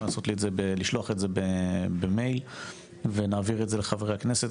לשלוח לי במייל ונעביר את זה לחברי הכנסת,